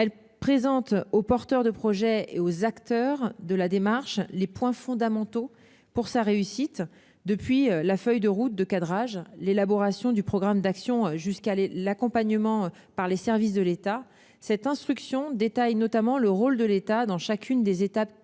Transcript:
Elle présente aux porteurs de projet et aux acteurs de la démarche les points fondamentaux pour sa réussite, depuis la feuille de route de cadrage et l'élaboration du programme d'action jusqu'à l'accompagnement par les services de l'État. Cette instruction détaille notamment le rôle de l'État dans chacune des étapes clés